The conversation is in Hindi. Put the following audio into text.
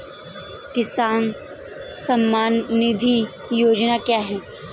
किसान सम्मान निधि योजना क्या है?